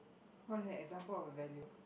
what is an example of a value